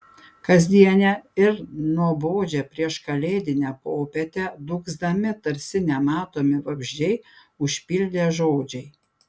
kasdienę ir nuobodžią prieškalėdinę popietę dūgzdami tarsi nematomi vabzdžiai užpildė žodžiai